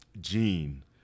gene